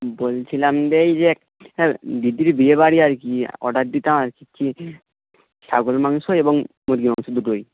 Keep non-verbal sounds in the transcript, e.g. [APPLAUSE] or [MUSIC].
বলছিলাম যে ইয়ে [UNINTELLIGIBLE] দিদির বিয়েবাড়ি আর কি অর্ডার দিতাম আর কি [UNINTELLIGIBLE] ছাগল মাংস এবং মুরগি মাংস দুটোই